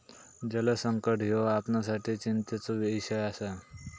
जलसंकट ह्यो आपणासाठी चिंतेचो इषय आसा